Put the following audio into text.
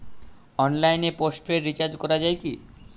অনলাইনে postpaid recharge করা যায় কি?